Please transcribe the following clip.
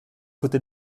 côté